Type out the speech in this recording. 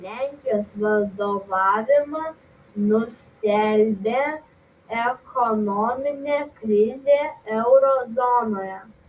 lenkijos vadovavimą nustelbė ekonominė krizė euro zonoje